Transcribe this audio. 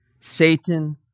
Satan